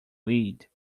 weed